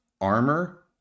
armor